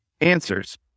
answers